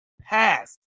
past